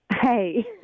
Hey